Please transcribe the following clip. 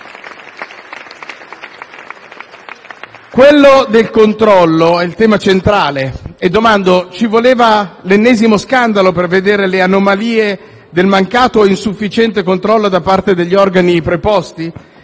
M5S).* Il controllo è il tema centrale e mi domando se ci volesse l'ennesimo scandalo per vedere le anomalie del mancato o insufficiente controllo da parte degli organi preposti.